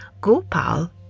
Gopal